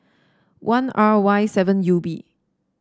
one R Y seven U B